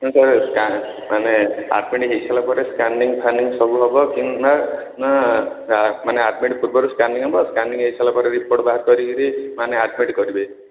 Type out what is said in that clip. କିନ୍ତୁ sir scan ମାନେ admit ହେଇସାରିଲା ପରେ ସ୍କାନିଙ୍ଗ୍ ଫାନିଙ୍ଗ୍ ସବୁ ହବ କି ନାଁ ନାଁ ମାନେ ଆଡ଼ମିଟ୍ ପୂର୍ବରୁ ସ୍କାନିଙ୍ଗ୍ ହବ ସ୍କାନିଙ୍ଗ୍ ହେଇସାରିଲା ପରେ ରିପୋର୍ଟ ବାହାର କରିକିରି ମାନେ ଆଡ଼୍ମିଟ୍ କରିବେ